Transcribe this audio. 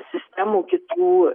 sistemų kitų